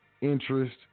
interest